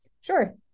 Sure